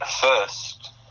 first